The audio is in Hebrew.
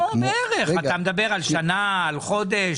לא בערך, אתה מדבר על שנה, על חודש?